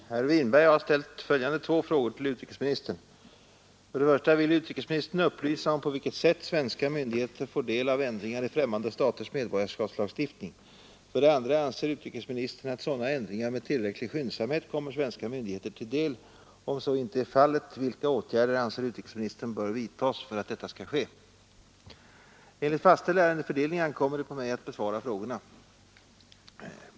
Herr talman! Herr Winberg har ställt följande två frågor till utrikesministern: 1. Vill utrikesministern upplysa om på vilket sätt svenska myndigheter får del av ändringar i fftämmande staters medborgarskapslagstiftning? 2. Anser utrikesministern att sådana ändringar med tillräcklig skyndsamhet kommer svenska myndigheter till del och om så icke är fallet — vilka åtgärder anser utrikesministern böra vidtagas för att detta skall ske? Enligt fastställd ärendefördelning ankommer det på mig att besvara frågorna.